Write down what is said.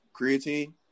creatine